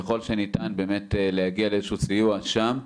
ככל שניתן באמת להגיע לאיזה שהוא סיוע שם,